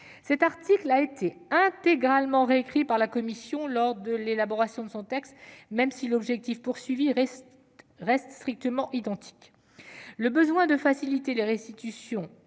Cet article a été intégralement réécrit par la commission lors de l'élaboration de son texte, même si l'objectif reste strictement identique. Le besoin de faciliter la restitution